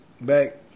Back